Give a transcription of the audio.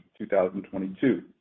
2022